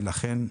ולכן,